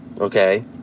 Okay